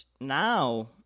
now